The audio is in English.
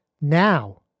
now